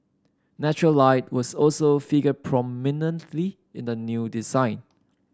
natural light was also figure prominently in the new design